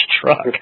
truck